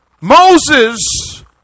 Moses